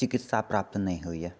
चिकित्सा प्राप्त नहि होइए